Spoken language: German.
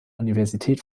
universität